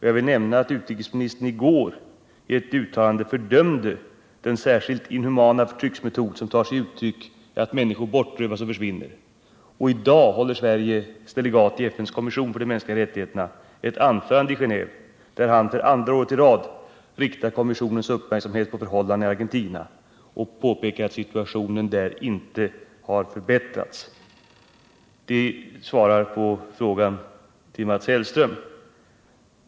Jag vill nämna att utrikesministern i går i ett uttalande fördömde den särskilt inhumana förtrycksmetod som består i att människor rövas bort och försvinner. I dag håller Sveriges delegat i FN:s kommission för de mänskliga rättigheterna ett anförande i Genéve, där han för andra året i rad riktar kommissionens uppmärksamhet på förhållandena i Argentina och påpekar att situationen där inte har förbättrats. Det var alltså ett svar på frågan från Mats Hellström.